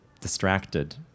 distracted